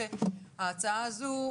שההצעה הזו,